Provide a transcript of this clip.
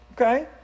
Okay